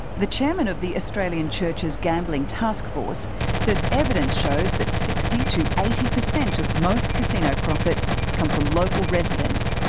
the chairman of the australian churches gambling taskforce says evidence shows that sixty percent to eighty percent of most casino profits come from local residents.